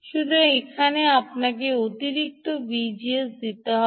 সুতরাং এখানে আপনাকে অতিরিক্ত ভিজিএস দিতে হবে